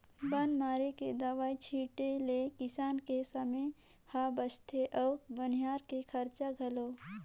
बन मारे के दवई छीटें ले किसान के समे हर बचथे अउ बनिहार के खरचा घलो